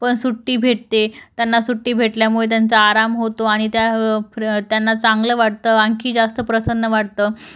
पण सुट्टी भेटते त्यांना सुट्टी भेटल्यामुळे त्यांचा आराम होतो आणि त्या त्यांना चांगलं वाटतं आणखी जास्त प्रसन्न वाटतं